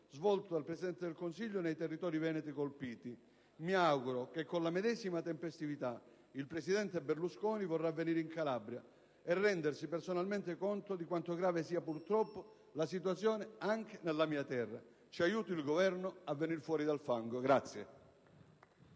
svolto dal Presidente del Consiglio nei territori veneti colpiti. Mi auguro che con la medesima tempestività il presidente Berlusconi vorrà venire in Calabria per rendersi personalmente conto di quanto grave sia, purtroppo, la situazione anche nella mia terra. Ci aiuti il Governo a venir fuori dal fango.